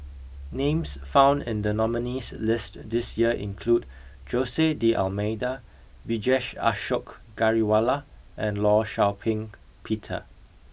names found in the nominees' list this year include Jose D'almeida Vijesh Ashok Ghariwala and Law Shau Ping Peter